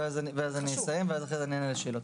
אז אני אסיים ואחרי זה אני אענה לשאלות.